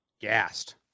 gassed